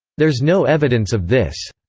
there's no evidence of this.